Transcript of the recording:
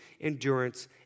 endurance